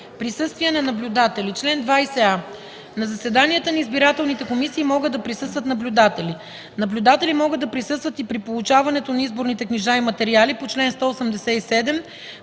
„Присъствие на наблюдатели Чл. 20а. На заседанията на избирателните комисии могат да присъстват наблюдатели. Наблюдатели могат да присъстват и при получаването на изборните книжа и материали по чл. 187,